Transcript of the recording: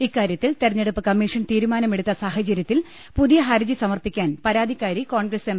ഇക്കാര്യത്തിൽ തെര ഞ്ഞെടുപ്പ് കമ്മീഷൻ തീരുമാനമെടുത്ത സാഹചര്യത്തിൽ പുതിയ ഹർജി സമർപ്പിക്കാൻ പരാതിക്കാരി കോൺഗ്രസ് എം